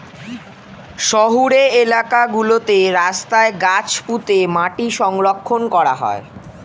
শহুরে এলাকা গুলোতে রাস্তায় গাছ পুঁতে মাটি সংরক্ষণ করা হয়